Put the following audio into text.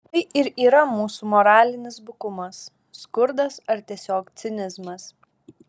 tai ir yra mūsų moralinis bukumas skurdas ar tiesiog cinizmas